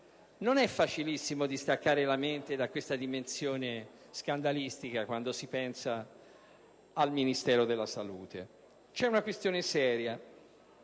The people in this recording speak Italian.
Non è facile distaccare la mente da questa dimensione scandalistica quando si pensa al Ministero della salute. Vi è poi una questione seria